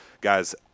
guys